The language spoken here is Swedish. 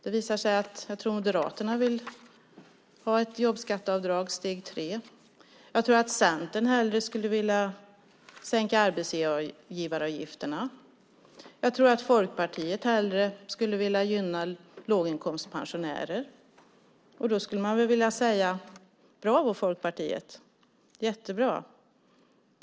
Det visar sig att Moderaterna vill ha ett jobbskatteavdrag steg tre. Jag tror att Centern hellre skulle vilja sänka arbetsgivaravgifterna, och Folkpartiet vill hellre gynna låginkomstpensionärer. Därför skulle jag vilja säga: Bravo, Folkpartiet! Jättebra!